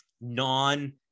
non